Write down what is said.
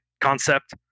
concept